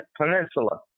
Peninsula